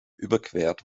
überquert